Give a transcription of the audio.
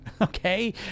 okay